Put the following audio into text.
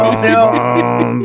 no